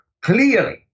clearly